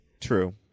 True